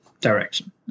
direction